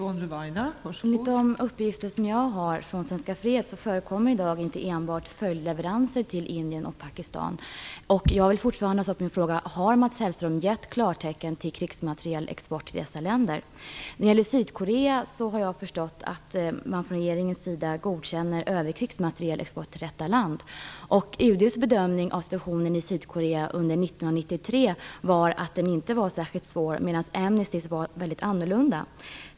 Fru talman! Enligt de uppgifter som jag har från Svenska freds förekommer det i dag inte enbart följdleveranser till Indien och Pakistan. Jag vill fortfarande få svar på min fråga om Mats Hellström har givit klartecken till krigsmaterielexport till dessa länder. Jag har när det gäller Sydkorea förstått att man från regeringens sida godkänner övrig krigsmaterielexport till detta land. UD:s bedömning var att situationen i Sydkorea under 1993 inte var särskilt svår, medan Amnestys bedömning var en helt annan.